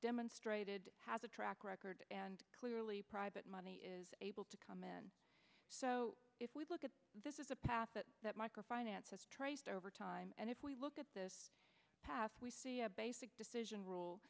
demonstrated has a track record and clearly private money is able to come in so if we look at this is a path that micro finance has traced over time and if we look at this path we see a basic decision rule